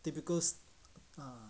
typical